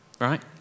right